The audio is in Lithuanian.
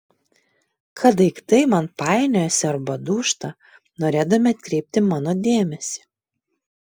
kad daiktai man painiojasi arba dūžta norėdami atkreipti mano dėmesį